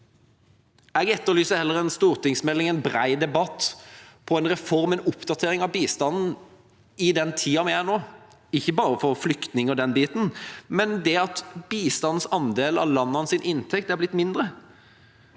Jeg etterlyser heller en stortingsmelding, en bred debatt om en reform, en oppdatering, av bistanden i den tida vi er i nå – ikke bare for flyktninger og den biten, men også det at bistandens andel av landenes inntekt er blitt mindre.